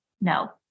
No